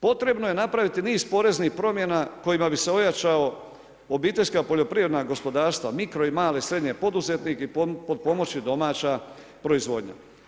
Potrebno je napraviti niz poreznih promjena kojima bi se ojačala obiteljska poljoprivredna gospodarstva, mikro i male, srednje poduzetnike i potpomoći domaća proizvodnja.